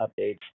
updates